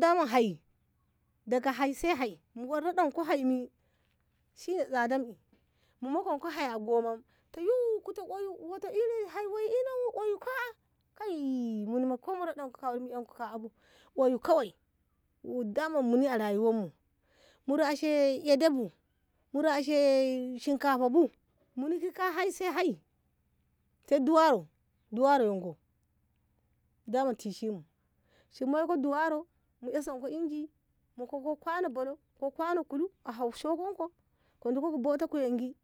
daman hai daga hai sai hai mu raɗanko hai mi sine tsadam im mu mokanko hai a goma ta yu kute wata kil hai woi ino oyum ka'a kai muni ma ko kai ka'a bu oyu kawai muni a rayunmu mu rashe edo bu mu rashe shinkafa bu muni ki hai sai hai sai duwaro- duwaro yo ngo daman tishi mu shi moiko duwaro mu esa inji mu mokko kwano bolo ko kwano kunu a hawok shokoko ko duko ko boita kuyangi